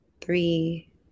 three